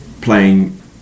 playing